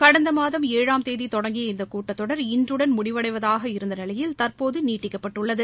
கடந்த மாதம் ஏழாம் தேதி தொடங்கிய இந்த கூட்டத்தொடர் இன்றுடன் முடிவடைவதாக இருந்த நிலையில் தற்போது நீட்டிக்கப்பட்டுள்ளது